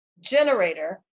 generator